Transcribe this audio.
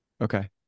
Okay